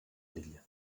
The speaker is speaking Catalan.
l’illa